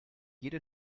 jede